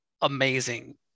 amazing